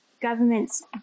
governments